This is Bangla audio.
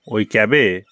ওই ক্যাবে